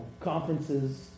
conferences